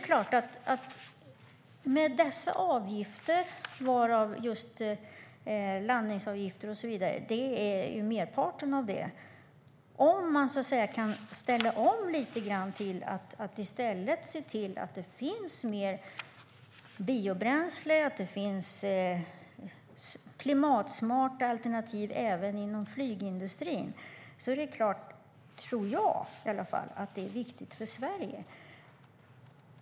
Om man i stället för dessa avgifter, varav landningsavgifter och så vidare är merparten, lite grann kan ställa om till att se till att det finns mer biobränsle och klimatsmarta alternativ även inom flygindustrin är det klart - tror i alla fall jag - att det är viktigt för Sverige.